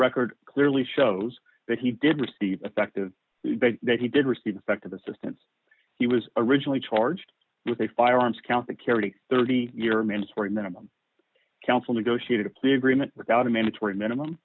record clearly shows that he did receive effective that he did receive effective assistance he was originally charged with a firearms count the carry thirty year mandatory minimum council negotiated a plea agreement without a mandatory minimum